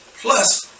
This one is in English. plus